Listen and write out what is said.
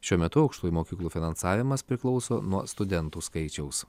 šiuo metu aukštųjų mokyklų finansavimas priklauso nuo studentų skaičiaus